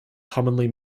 commonly